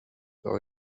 par